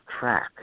track